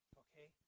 okay